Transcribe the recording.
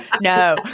No